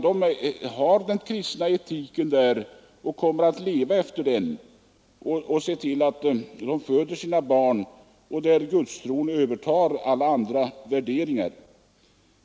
De lever efter sin kristna etik och sköter sina barn därefter — Gudstron övertar där alla andra värderingar.